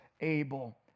able